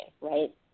right